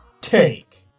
take